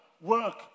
work